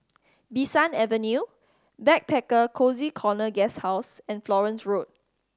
Bee San Avenue Backpacker Cozy Corner Guesthouse and Florence Road